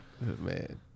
Man